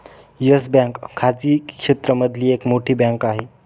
yes Bank खाजगी क्षेत्र मधली एक मोठी बँक आहे